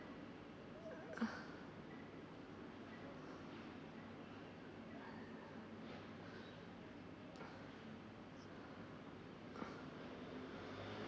uh ugh uh